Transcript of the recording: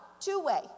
two-way